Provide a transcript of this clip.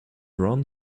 ron